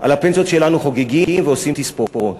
שעל הפנסיות שלנו חוגגים ועושים תספורות.